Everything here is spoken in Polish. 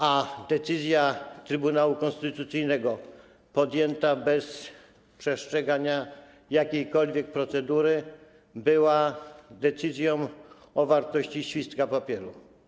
A decyzja Trybunału Konstytucyjnego podjęta bez przestrzegania jakiejkolwiek procedury była decyzją o wartości świstka papieru.